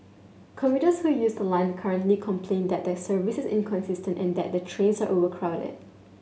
commuters who use the line currently complain that the service is inconsistent and that trains are overcrowded